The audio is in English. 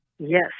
Yes